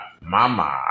mama